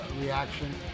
reaction